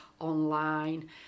online